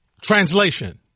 translation